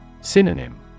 Synonym